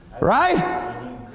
Right